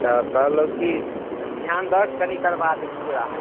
तऽ कहलहुँ की ध्यान दऽ कऽ कनी करबा देतियै रहऽ